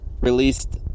released